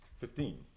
Fifteen